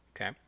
Okay